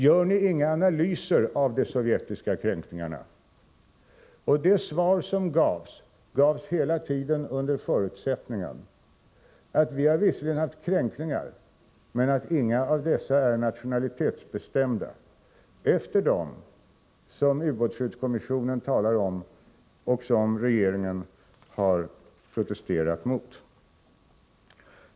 Gör ni inga analyser av de sovjetiska kränkningarna? Svaren som gavs, de gavs hela tiden under förutsättningen att det visserligen hade förekommit kränkningar men att inga av dessa var nationalitetsbestämda efter dem som ubåtsskyddskommissionen talar om och som regeringen har protesterat mot.